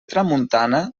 tramuntana